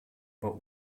war